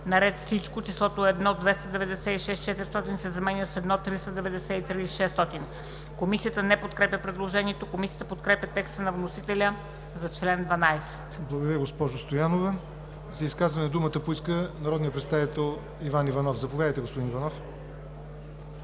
на ред Всичко числото „1 296 400,0“ се заменя с „1 393 600,0“.“ Комисията не подкрепя предложението. Комисията подкрепя текста на вносителя за чл. 12. ПРЕДСЕДАТЕЛ ЯВОР НОТЕВ: Благодаря, госпожо Стоянова. За изказване думата поиска народният представител Иван Иванов. Заповядайте, господин Иванов.